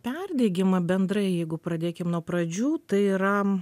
perdegimą bendrai jeigu pradėkim nuo pradžių tai yra